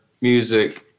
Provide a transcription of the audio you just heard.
music